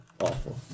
awful